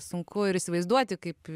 sunku ir įsivaizduoti kaip